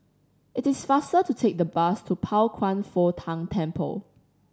it is faster to take the bus to Pao Kwan Foh Tang Temple